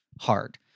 hard